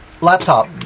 laptop